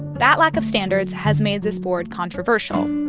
that lack of standards has made this board controversial.